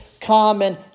common